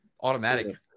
automatic